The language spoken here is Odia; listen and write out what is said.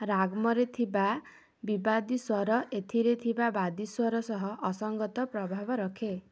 ରାଗମରେ ଥିବା ବିବାଦୀ ସ୍ଵର ଏଥିରେ ଥିବା ବାଦୀ ସ୍ୱର ସହ ଅସଙ୍ଗତ ପ୍ରଭାବ ରଖେ